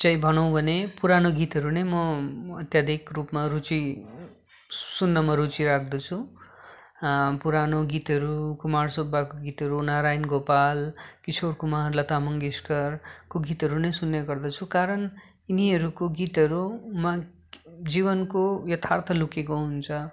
चाहिँ भनौँ भने पुरानो गीतहरू नै म अत्यधिक रूपमा रुचि सुन्नमा रुचि राख्दछु पुरानो गीतहरू कुमार सुब्बाको गीतहरू नारायण गोपाल किशोर कुमार लता मङ्गेसकरको गीतहरू नै सुन्ने गर्दछु कारण यिनीहरूको गीतहरूमा जीवनको यथार्थ लुकेको हुन्छ